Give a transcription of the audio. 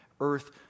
earth